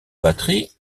batterie